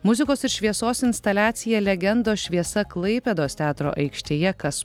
muzikos ir šviesos instaliacija legendos šviesa klaipėdos teatro aikštėje kas